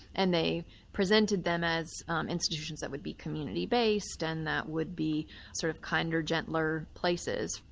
and they presented them as um institutions that would be community based and that would be sort of kinder, gentler places,